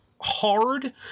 hard